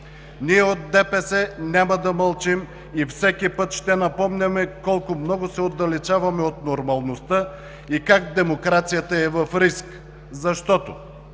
Ние от ДПС няма да мълчим и всеки път ще напомняме колко много се отдалечаваме от нормалността и как демокрацията е в риск, защото